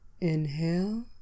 inhale